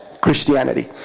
Christianity